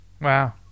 Wow